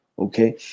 Okay